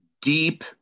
deep